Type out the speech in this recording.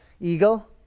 Eagle